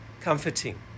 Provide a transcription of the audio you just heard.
comforting